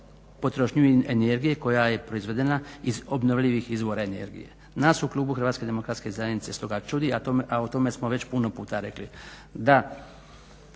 potrošnju energije koja je proizvedena iz obnovljivih izvora energije. Nas u klubu Hrvatske demokratske zajednice stoga čudi, a o tome smo već puno puta rekli,